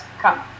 come